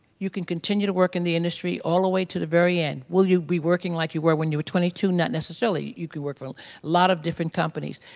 you can continue to work in the industry all the way to the very end. will you be working like you were when you were twenty two? not necessarily. you can work with a lot of different companies.